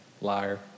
Liar